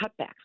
cutbacks